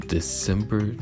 December